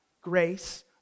grace